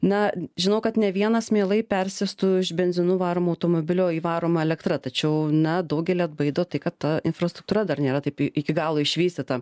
na žinau kad ne vienas mielai persėstų už benzinu varomu automobilio į varomą elektra tačiau na daugelį atbaido tai kad ta infrastruktūra dar nėra taip iki galo išvystyta